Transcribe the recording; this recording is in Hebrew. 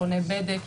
מכוני בדק,